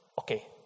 okay